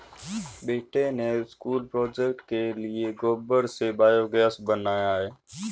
बेटे ने school project के लिए गोबर से बायोगैस बनाया है